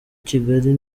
kigali